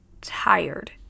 tired